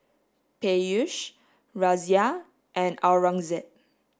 Peyush Razia and Aurangzeb